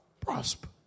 prosper